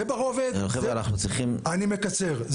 אני מקצר.